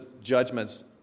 judgments